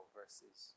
verses